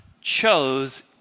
chose